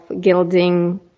gilding